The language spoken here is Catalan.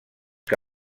que